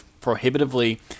prohibitively